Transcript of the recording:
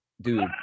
Dude